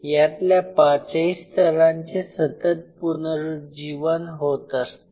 यातल्या पाचही स्तरांचे सतत पुनरुज्जीवन होत असते